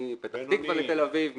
מפתח תקווה לתל אביב,